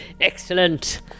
Excellent